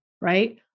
right